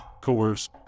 coerce